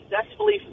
successfully